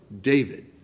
David